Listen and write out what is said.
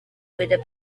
with